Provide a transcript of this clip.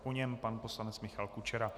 Po něm pan poslanec Michal Kučera.